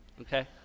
okay